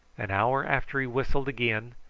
an hour after he whistled again,